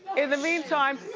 in the meantime,